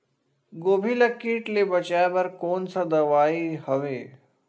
गोभी ल कीट ले बचाय बर कोन सा दवाई हवे?